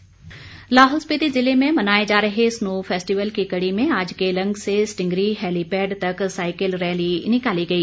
snow festival Lahaul Spiti ज़िले में मनाए जा रहे स्नो फैस्टिवल की कड़ी में आज केलंग से स्टींगरी हैलीपैड तक साइकिल रैली निकाली गई